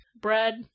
Bread